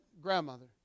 grandmother